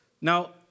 Now